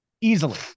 Easily